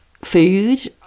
food